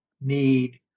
need